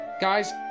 guys